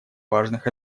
важных